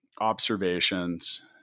observations